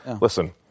listen